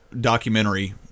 documentary